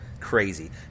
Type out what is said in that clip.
crazy